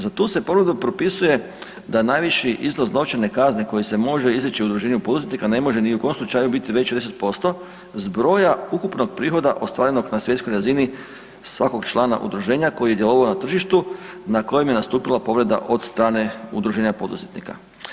Za tu se povredu propisuje da najviši iznos novčane kazne koji se može izreći udruženju poduzetnika ne može ni u kom slučaju biti veći od 10% zbroja ukupnog prihoda ostvarenog na svjetskoj razini svakog člana udruženja koji je djelovao na tržištu na kojem je nastupila povreda od strane udruženja poduzetnika.